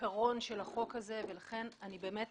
בעיקרון של הצעת החוק הזאת ולכן אני באמת